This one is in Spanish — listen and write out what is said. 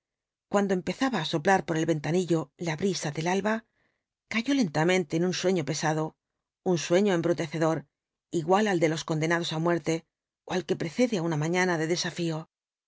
cuando empezaba á soplar por el ventanillo la brisa del alba cayó lentamente en un sueño pesado un sueño embrutecedor igual al de los condenados á muerte ó al que precede á una mañana de desafío